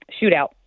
shootout